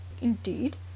indeed